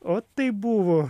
ot tai buvo